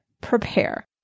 prepare